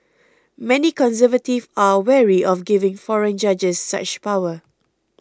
many conservatives are wary of giving foreign judges such power